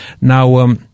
Now